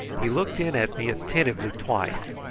he looked in at me attentively twice,